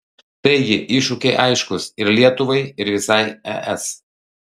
taigi iššūkiai aiškūs ir lietuvai ir visai es